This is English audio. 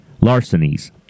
larcenies